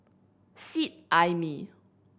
Seet Ai Mee